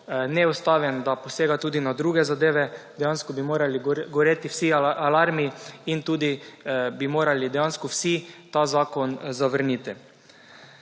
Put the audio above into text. neustaven, da posega tudi na druge zadeve, dejansko bi morali goreti vsi alarmi in tudi bi morali dejansko vsi ta zakon zavrniti.